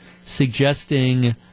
suggesting